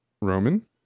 Roman